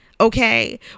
okay